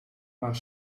maar